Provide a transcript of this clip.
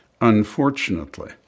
Unfortunately